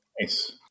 Nice